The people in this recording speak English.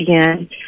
again